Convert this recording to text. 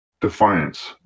defiance